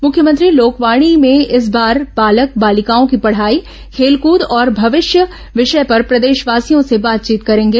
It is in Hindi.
मुख्यमंत्री लोकवाणी में इस बार बालक बालिकाओं की पढ़ाई खेलकूद और भविष्य विषय पर प्रदेशवासियों से बातचीत करेंगे